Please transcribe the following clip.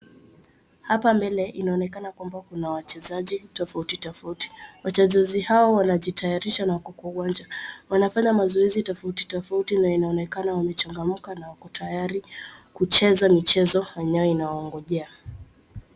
Hapa mbele inaonekana kwamba kuna wachezaji tofauti tofauti. Wwachezaji hao wanajitayarisha na wako kwa uwanja. Wanafanya mazoezi tofauti tofauti na inaonekana wamechangamka na wako tarayi kucheza michezo yenye inawaogojea.